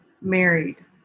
married